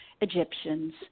Egyptians